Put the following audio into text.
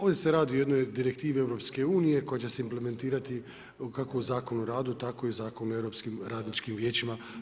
Ovdje se radi o jednoj direktivi EU koja će se implementirati kako u Zakonu o radu, tako i u Zakonu o Europskim radničkim vijećima.